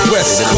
West